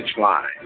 line